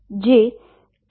જે એ ∫O2ψdx ગણું થશે